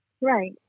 right